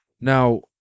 Now